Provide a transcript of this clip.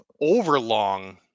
overlong